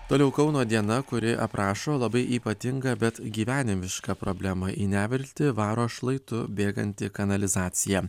toliau kauno diena kuri aprašo labai ypatingą bet gyvenimišką problema į neviltį varo šlaitu bėganti kanalizacija